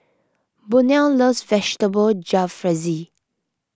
Burnell loves Vegetable Jalfrezi